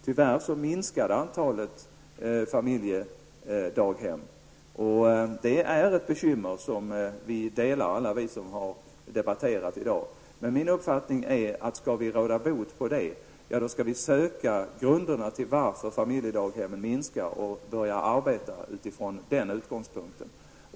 Tyvärr minskade antalet familjedaghem. Det är ett bekymmer som alla vi som har debatterat i dag delar. Men min uppfattning är att om vi skall råda bot på det skall vi söka grunderna till varför familjedaghemmen minskar och börja arbeta utifrån den utgångspunkten.